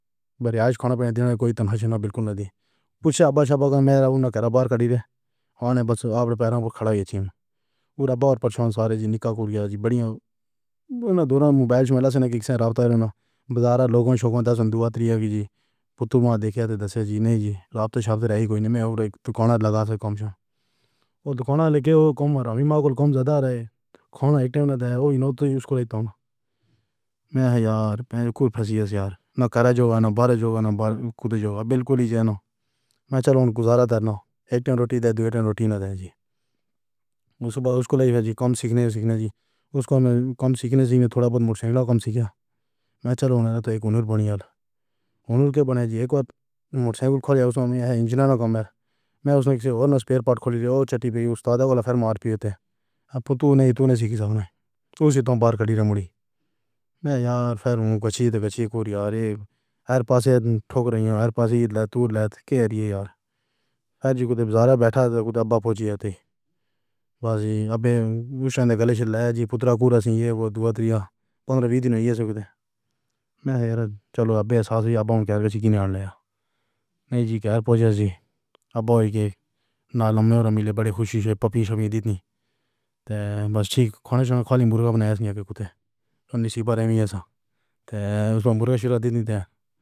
بری آج کھانا پینا کوئی تنہاہے نہ بلکل نہیں پوچھا ابّا سبّا میرا گھر بار کری ہے۔ آنے بس اب روپے پر کھڑا ہو جائی۔ او رب اور پریشان سارے جی نکاح کریا جی بڑھیا دونوں موبائل ملا سے رابطہ ہے نہ۔ بازار لوگوں شوکوں کی سندھیا تریناں بجے کی جی فوٹو میں دیکھے تو جی نہیں جی رات شبد رہی کوئی۔ میں اور اک کونا لگا سے کم چھ۔ او دکان لیکر او کام رامی ماں کو لیکن ہم زیادہ ہے۔ کھانا اکٹا ہوتا ہے او اناؤٹ یوز کو لیتا ہے۔ میں ہزار کچھ پھنسی ہے یار۔ نوکر جو انور جوگا نے کڈجوگا بلکل ایزی ہے نہ۔ میں چلو ہوں گزارتا ہے نہ اک ٹن روٹی دیندے ہیں۔ روٹی نہ دے جی۔ اس کے بعد اس کو لے جی کم سیکھنے سیکھنے جی اس کو کم سیکھنے سے تھوڑا بہت کم سیکھا۔ میں چلو تو اک نوکر بنایا اور ان کے بنائے جی اک بار موٹرسائیکل کا انجینیئر کا کام ہے۔ میں اس نے کسی اور نے سپیئر پارٹ خریدا اور چاٹی پے استاد والا فرمار پیا تھا۔ اب تو نہیں تو نے سیکھا ہے۔ سن سے تو باہر کھڑی رمنی۔ میں یار پھر گچھیے تے گچھیے کو ہر یار یے ہر پاسے ٹھوکرے یا ہر پاسے لے توڑ لے کے لیے یار ہر جگہ بازار بیٹھا ہوتا کوئی ابّا پہنچے ہوتے۔ بس ابے اوشا نے گلے لے جی پتر کو رشیا او دو تریا ۱۵ ۲۰ دن ہی ہے صبح۔ میں یار چلو ابے ساتھ آبو کیسے کی نیاس لیا نہیں جی کہیر پوجیس جی ابّا کے نال میں ملے بڑے خوشی سے پپی سب دی تھی۔ تے بس ٹھیک کھانے شانے خالی مرغا بنایا کتے نشکی برے میں ایسا۔ تو اس میں مرغے شورو دن ہے۔